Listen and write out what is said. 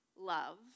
love